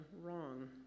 wrong